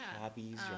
hobbies